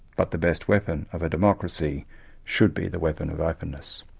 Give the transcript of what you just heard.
but the best weapon of a democracy should be the weapon of openness.